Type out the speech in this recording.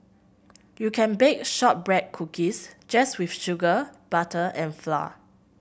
you can bake shortbread cookies just with sugar butter and flour